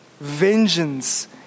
Vengeance